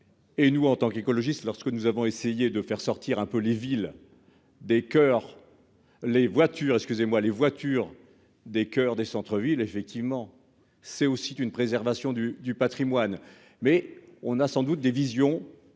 et nous en tant qu'écologiste, lorsque nous avons essayé de faire sortir un peu les villes des coeurs, les voitures, excusez-moi, les voitures des coeurs des centre-ville effectivement c'est aussi une préservation du du Patrimoine, mais on a sans doute des visions un peu différent